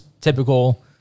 typical